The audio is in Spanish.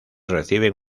reciben